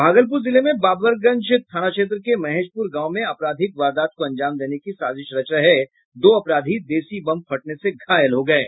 भागलपुर जिले में बब्बरगंज थाना क्षेत्र के महेशपुर गांव में आपराधिक वारदात को अंजाम देने की साजिश रच रहे दो अपराधी देशी बम फटने से घायल हो गये